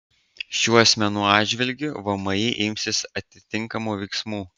šių asmenų atžvilgiu vmi imsis atitinkamų veiksmų